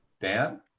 Dan